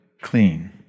clean